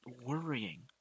worrying